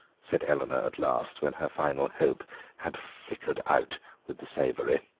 said eleanor at last, when her final hope had flickered out with the savoury.